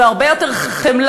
והרבה יותר חמלה,